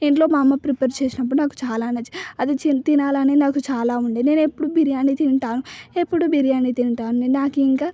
మా ఇంట్లో మా అమ్మ ప్రిపేర్ చేసినప్పుడు నాకు చాలా నచ్చింది అది చి తినాలని నాకు చాలా ఉండే నేను ఎప్పుడు బిర్యానీ తింటాను ఎప్పుడు బిర్యానీ తింటాను నాకు ఇంకా